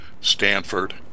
Stanford